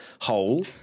hole